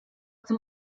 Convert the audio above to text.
zum